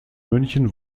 münchen